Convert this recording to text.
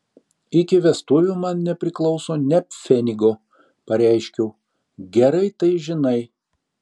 iki vestuvių man nepriklauso nė pfenigo pareiškiau gerai tai žinai